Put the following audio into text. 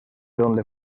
donde